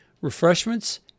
Refreshments